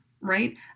right